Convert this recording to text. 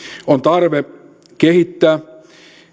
on tarve kehittää